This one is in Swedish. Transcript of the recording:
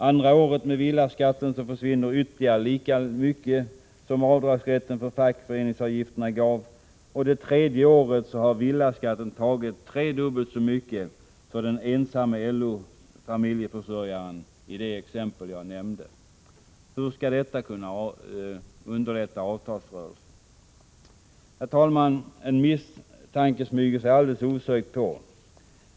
Andra året med villaskatt försvinner ytterligare lika mycket som rätten till avdrag för fackföreningsavgifterna gav. Och det tredje året har villaskatten tagit tre gånger så mycket för den ensamme LO-familjeförsörjaren i det exempel jag nämnde. Hur skall detta kunna underlätta avtalsrörelsen? Herr talman! En misstanke smyger sig alldeles osökt på.